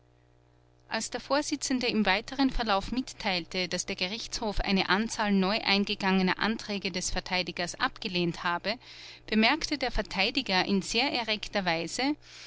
als der vorsitzende im weiteren verlauf mitteilte daß der gerichtshof eine anzahl neu eingegangener anträge des verteidigers abgelehnt habe bemerkte der verteidiger in sehr erregter weise